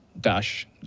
dash